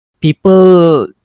people